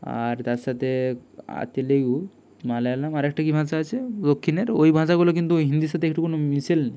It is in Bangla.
আর তার সাতে তেলেগু মালায়ালাম আর একটা কী ভাষা আছে দক্ষিণের ওই ভাষাগুলো কিন্তু হিন্দির সাথে একটু কোনো মিশেল নেই